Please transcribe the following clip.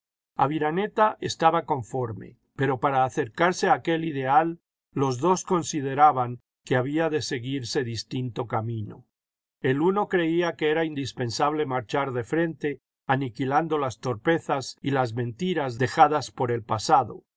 aviraneta estaba conforme pero para acercarse a aquel ideal los dos consideraban que había de seguirse distinto camino el uno creía que era indispensable marchar de frente aniquilando las torpezas y las mentiras dejadas por el pasado